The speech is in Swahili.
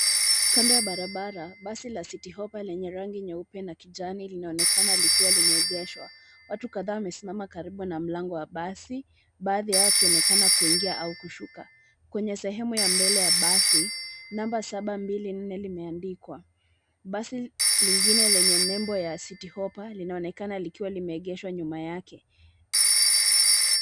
Kando ya barabara, basi la City Hoppa lenye rangi nyeupe na kijani linaonekana likiwa limeegeshwa. Watu kadhaa wamesimama karibu na mlango wa basi, baadhi yao wakionekana kuingia au kushuka. Kwenye sehemu ya mbele ya basi, namba saba mbili nne limeandikwa. Basi lingine lenye nembo ya City Hoppa linaonekana likiwa limeegeshwa nyuma yake.